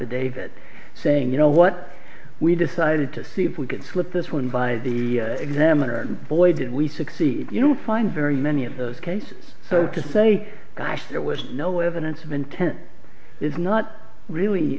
it saying you know what we decided to see if we could slip this one by the examiner and boy did we succeed you know find very many of those cases so to say gosh there was no evidence of intent is not really